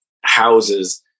houses